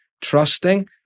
trusting